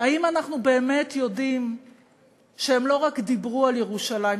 האם אנחנו באמת יודעים שהם לא רק דיברו על ירושלים,